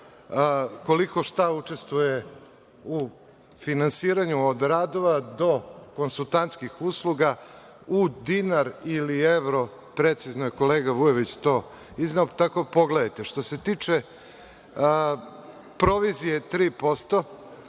koliko šta učestvuje u finansiranju od radova do konsultantskih usluga u dinar ili evro. Precizno je kolega Vujović to izneo, tako da pogledajte. Što se tiče provizije 3%,